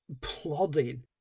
plodding